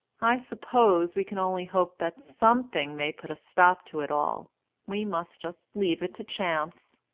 i suppose we can only hope that something may put a stop to it all we must just leave it to chance.